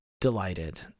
delighted